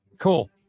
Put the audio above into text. cool